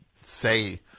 say